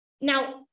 Now